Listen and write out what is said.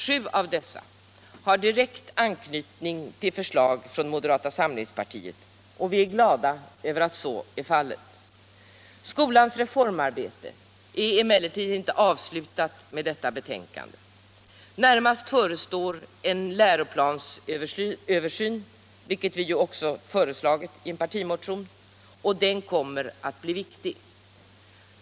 Sju av dessa har direkt anknytning till förslag från moderata samlingspartiet, och vi är glada över att så är fallet. Skolans reformarbete är emellertid inte avslutat med detta betänkande. Närmast förestår en läroplansöversyn, vilket vi har föreslagit i en partimotion, och denna översyn kommer att bli viktig.